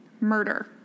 murder